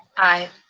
aye.